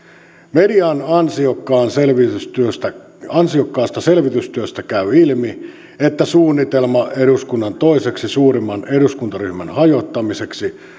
median ansiokkaasta selvitystyöstä ansiokkaasta selvitystyöstä käy ilmi että suunnitelma eduskunnan toiseksi suurimman eduskuntaryhmän hajottamiseksi